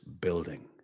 building